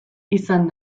izan